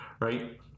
right